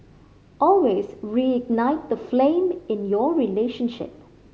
always reignite the flame in your relationship